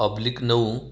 oblique नऊ